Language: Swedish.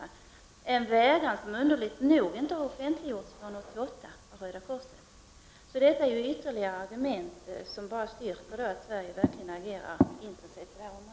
Här rör det sig om en vädjan som underligt nog inte har offentliggjorts av Röda korset förrän 1988. Detta är därför ett argument som ger Sverige ännu större anledning att agera i fråga om detta.